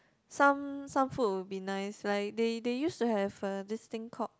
some some food would be nice like they they used to have a this thing called